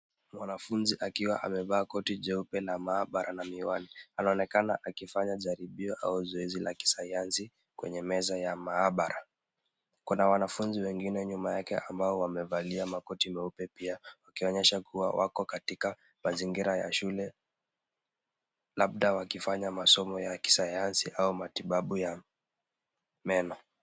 Mwanafunzi akiwa amevaa koti jeupe la maabara na miwani. Anaonekana akifanya jaribio au zoezi la kisayansi kwenye meza ya maabara. Kuna wanafunzi wengine nyuma yake ambao wamevalia makoti meupe pia wakionyesha kuwa wako katika mazingira ya shule labda wakifanya masomo ya kisayansi au matibabu ya meno.